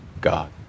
God